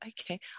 okay